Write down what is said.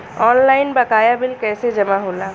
Online बकाया bill कैसे जमा होला?